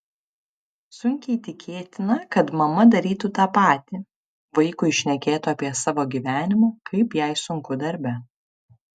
sunkiai tikėtina kad mama darytų tą patį vaikui šnekėtų apie savo gyvenimą kaip jai sunku darbe